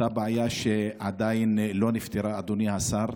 אותה בעיה שעדיין לא נפתרה, אדוני השר.